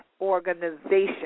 organization